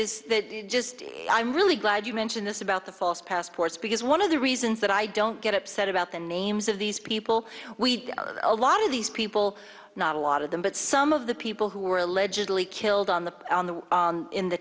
that that is just i'm really glad you mentioned this about the false passports because one of the reasons that i don't get upset about the names of these people we allot of these people not a lot of them but some of the people who were allegedly killed on the on the in the